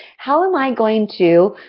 how am i going to,